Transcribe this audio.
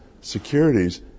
securities